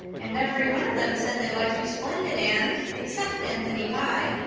and every one of them said they liked you splendid, anne, except anthony pye.